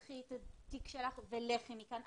קחי את התיק שלך ולכי מכאן,